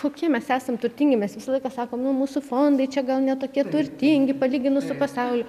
kokie mes esam turtingi mes visą laiką sakom mu mūsų fondai čia gal ne tokie turtingi palyginus su pasauliu